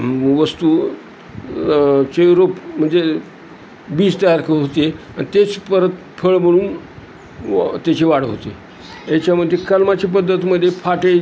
वस्तूचे रोप म्हणजे बीज तयार कं होते आणि तेच परत फळ म्हणून व त्याची वाढ होते याच्यामध्ये कलमाची पद्धतमध्ये फाटे जे आहेत